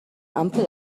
ampel